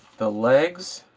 the legs.